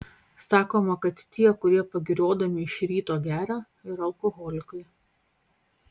sakoma kad tie kurie pagiriodami iš ryto geria yra alkoholikai